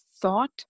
thought